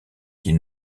qu’il